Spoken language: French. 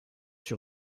sur